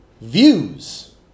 Views